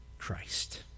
Christ